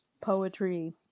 poetry